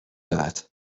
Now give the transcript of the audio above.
that